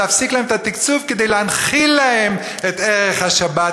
להפסיק להם את התקצוב כדי להנחיל להם את ערך השבת,